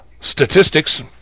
statistics